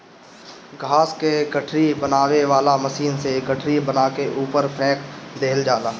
घास क गठरी बनावे वाला मशीन से गठरी बना के ऊपर फेंक देहल जाला